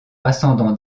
ascendant